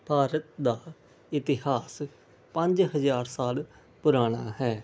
ਭਾਰਤ ਦਾ ਇਤਿਹਾਸ ਪੰਜ ਹਜ਼ਾਰ ਸਾਲ ਪੁਰਾਣਾ ਹੈ